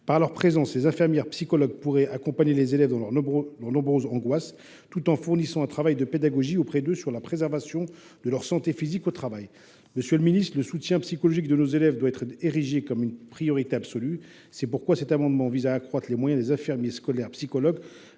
Par leur présence, ces infirmières psychologues pourraient accompagner les élèves dans leurs nombreuses angoisses, tout en menant un travail pédagogique sur la préservation de leur santé physique au travail. Monsieur le ministre, le soutien psychologique de nos élèves doit être érigé en priorité absolue. C’est pourquoi cet amendement vise à accroître les moyens des infirmières scolaires psychologues